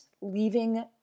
leaving